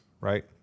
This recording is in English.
right